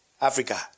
Africa